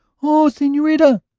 oh, senorita!